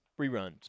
Reruns